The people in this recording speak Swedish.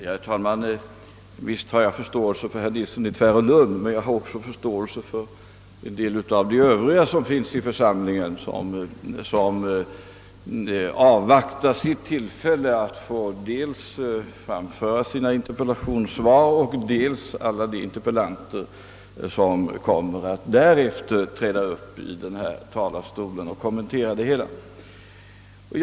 Herr talman! Visst har jag förståelse för herr Nilsson i Tvärålund — men jag har också förståelse för en del av de övriga i församlingen, som avvaktar sitt tillfälle att få avge interpellationssvar eller att i egenskap av interpellanter träda upp i talarstolen och kommentera de lämnade svaren.